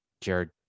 Jared